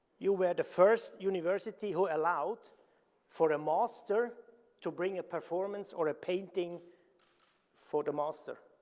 you were the first university who allowed for a master to bring a performance or a painting for the master.